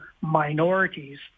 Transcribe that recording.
minorities